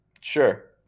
Sure